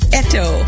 eto